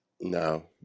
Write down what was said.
No